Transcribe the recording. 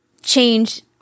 change